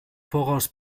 voraus